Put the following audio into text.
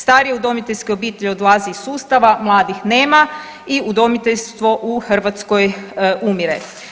Starije udomiteljske obitelji odlaze iz sustava, mladih nema i udomiteljstvo u Hrvatskoj umire.